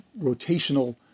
rotational